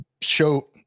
show